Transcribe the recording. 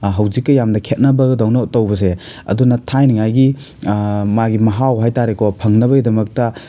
ꯍꯧꯖꯤꯛꯀ ꯌꯥꯝꯅ ꯈꯦꯠꯅꯕꯗꯧꯅ ꯇꯧꯕꯁꯦ ꯑꯗꯨꯅ ꯊꯥꯏꯅꯉꯥꯏꯒꯤ ꯃꯥꯒꯤ ꯃꯍꯥꯎ ꯍꯥꯏꯇꯥꯔꯦꯀꯣ ꯐꯪꯅꯕꯒꯤꯗꯃꯛꯇ